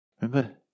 Remember